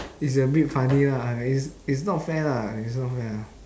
it's a bit funny lah I mean it's it's not fair lah it's not fair